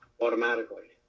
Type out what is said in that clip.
automatically